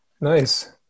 Nice